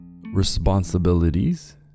responsibilities